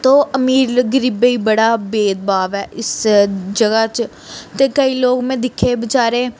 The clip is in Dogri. तो अमीर गरीबें दी बड़ा भेदभाव ऐ इस जगह् च ते केईं लोग में दिक्खे बेचारे